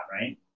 right